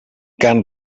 carn